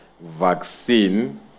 vaccine